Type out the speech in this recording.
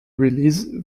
release